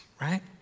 right